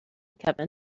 kevin